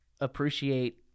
appreciate